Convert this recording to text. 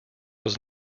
was